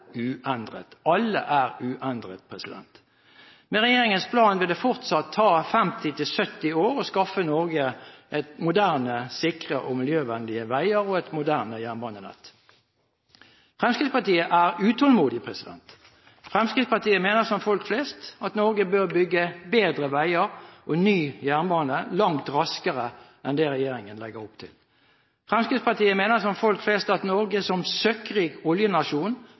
uendret. Med regjeringens plan vil det fortsatt ta 50–70 år å skaffe Norge sikre og miljøvennlige veier og et moderne jernbanenett. Fremskrittspartiet er utålmodig. Fremskrittspartiet mener, som folk flest, at Norge bør bygge bedre veier og ny jernbane langt raskere enn det regjeringen legger opp til. Fremskrittspartiet mener, som folk flest, at Norge som søkkrik oljenasjon